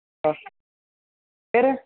ஆ பேரு